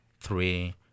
three